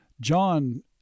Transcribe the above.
John